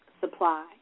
supply